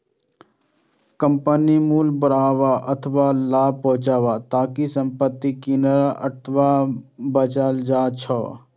कंपनीक मूल्य बढ़ाबै अथवा लाभ पहुंचाबै खातिर संपत्ति कीनल अथवा बनाएल जाइ छै